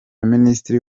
minisitiri